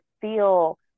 feel